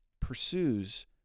pursues